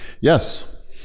Yes